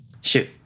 Shoot